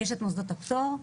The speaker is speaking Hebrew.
יש מוסדות פטור,